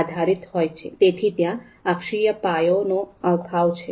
તેથી ત્યાં અક્ષીય પાયોનો અભાવ છે